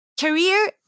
career